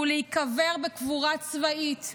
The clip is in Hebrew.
שהוא להיקבר בקבורה צבאית.